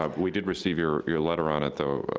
um we did receive your your letter on it, though,